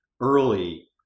early